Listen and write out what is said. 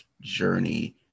journey